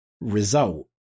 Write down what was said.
result